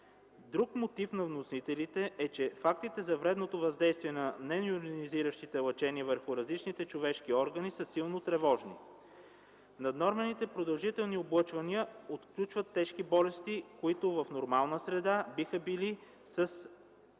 Друг мотив на вносителите е, че фактите за вредното въздействие на нейонизиращите лъчения върху различните човешки органи са силно тревожни. Наднормените продължителни облъчвания отключват тежки болести, които в нормална среда биха били с